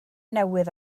newydd